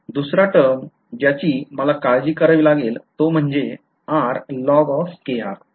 मग दुसरा टर्म ज्याची मला काळजी करावी लागेल तो म्हणजे r log